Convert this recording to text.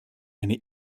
eine